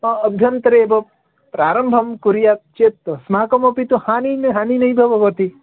अभ्यन्तरे एव प्रारम्भं कुर्यात् चेत् तस्मात् किमपि तु हानिः हानिः नैव भवति